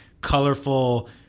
colorful